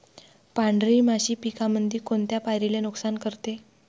पांढरी माशी पिकामंदी कोनत्या पायरीले नुकसान करते?